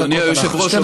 אדוני היושב-ראש,